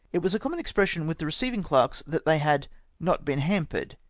it was a common expression with the receiving clerks that they had not been hampered,